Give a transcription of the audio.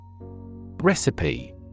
recipe